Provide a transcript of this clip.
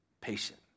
patient